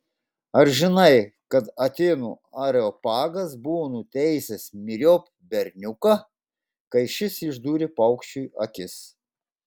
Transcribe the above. ar žinai kad atėnų areopagas buvo nuteisęs myriop berniuką kai šis išdūrė paukščiui akis